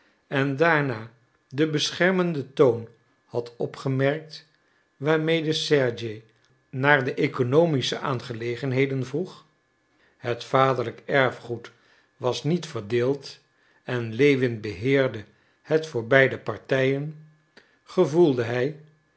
en daarna den beschermenden toon had opgemerkt waarmede sergei naar de oeconomische aangelegenheden vroeg het vaderlijk erfgoed was niet verdeeld en lewin beheerde het voor beide partijen gevoelde hij